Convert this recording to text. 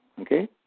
okay